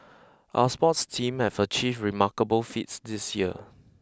our sports teams have achieved remarkable feats this year